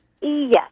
Yes